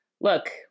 look